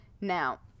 now